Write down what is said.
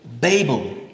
Babel